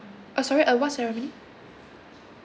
uh sorry uh what ceremony